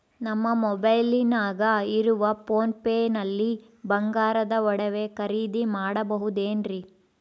ನಮ್ಮ ಮೊಬೈಲಿನಾಗ ಇರುವ ಪೋನ್ ಪೇ ನಲ್ಲಿ ಬಂಗಾರದ ಒಡವೆ ಖರೇದಿ ಮಾಡಬಹುದೇನ್ರಿ?